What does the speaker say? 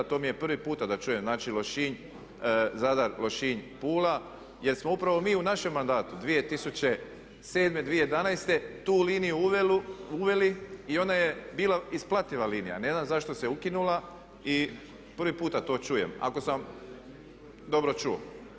To mi je prvi puta da čujem, znači Lošinj, Zadar, Zadar-Lošinj-Pula jer smo upravo mi u našem mandatu 2007., 2011. tu liniju uveli i ona je bila isplativa linija, ne znam zašto se ukinula i prvi puta to čujem, ako sam dobro čuo.